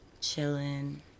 chilling